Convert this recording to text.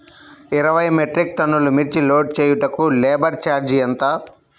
ఇరవై మెట్రిక్ టన్నులు మిర్చి లోడ్ చేయుటకు లేబర్ ఛార్జ్ ఎంత?